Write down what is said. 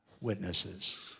witnesses